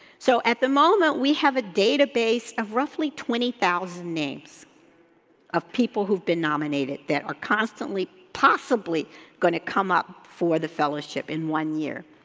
so, at the moment we have a datbase of roughly twenty thousand names of people who've been nominated that are constantly, possibly gonna come up for the fellowship in one year.